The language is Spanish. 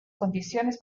condiciones